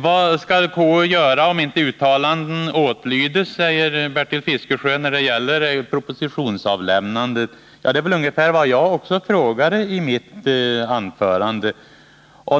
Vad skall KU göra, om inte uttalanden när det gäller propositionsavlämnandet åtlyds? frågar Bertil Fiskesjö. Det var också ungefär vad jag frågade i mitt anförande.